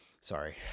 Sorry